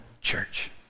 church